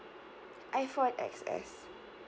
iphone X S